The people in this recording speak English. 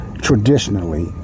traditionally